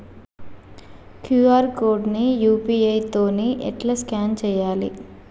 QR code ని UPI తోని ఎట్లా స్కాన్ చేయాలి?